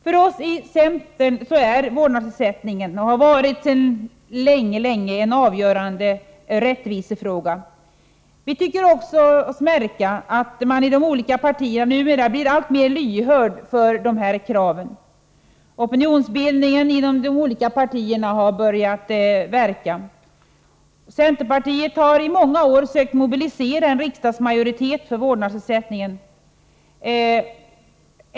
För oss i centern har vårdnadsersättningen sedan länge varit en avgörande rättvisefråga. Vi tycker oss märka att man i de olika partierna numera blir alltmer lyhörd för vårt krav. Opinionsbildningen inom de olika partierna har börjat göra verkan. Centerpartiet har i många år sökt mobilisera en riksdagsmajoritet för vårdnadsersättning.